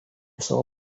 savo